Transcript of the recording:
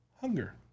hunger